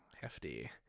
hefty